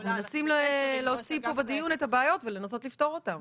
אבל אנחנו מנסים להוציא פה בדיון את הבעיות ולנסות לפתור אותן.